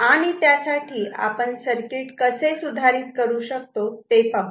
आणि त्यासाठी आपण सर्किट कसे सुधारित करू शकतो ते पाहु